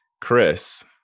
chris